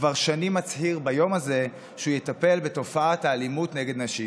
שכבר שנים מצהיר ביום הזה שהוא יטפל בתופעת האלימות נגד נשים,